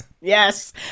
Yes